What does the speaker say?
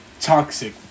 Toxic